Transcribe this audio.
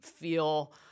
feel